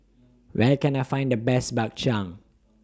Where Can I Find The Best Bak Chang